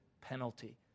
penalty